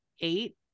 eight